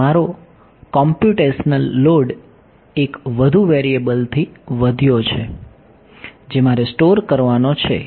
તેથી મારો computational load એક વધુ વેરીએબલથી વધ્યો છે જે મારે સ્ટોર કરવાનો છે